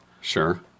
Sure